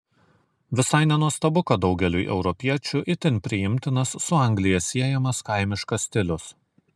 visai nenuostabu kad daugeliui europiečių itin priimtinas su anglija siejamas kaimiškas stilius